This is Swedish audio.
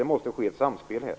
Det måste ske ett samspel här.